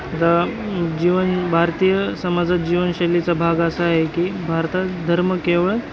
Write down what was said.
आता जीवन भारतीय समाजात जीवनशैलीचा भाग असा आहे की भारतात धर्म केवळ